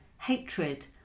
hatred